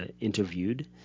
interviewed